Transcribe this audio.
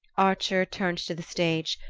archer turned to the stage,